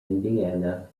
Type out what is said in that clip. indiana